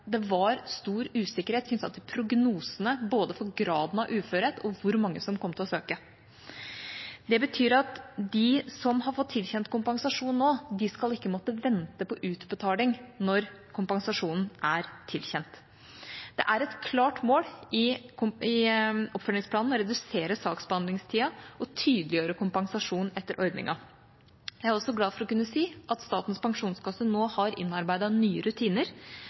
Det var nemlig stor usikkerhet knyttet til prognosene for både graden av uførhet og hvor mange som kom til å søke. Det betyr at de som har fått tilkjent kompensasjon nå, ikke skal måtte vente på utbetaling når kompensasjonen er tilkjent. Det er et klart mål i oppfølgingsplanen å redusere saksbehandlingstida og tydeliggjøre kompensasjon etter ordningen. Jeg er også glad for å kunne si at Statens pensjonskasse nå har innarbeidet nye rutiner